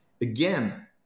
again